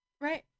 Right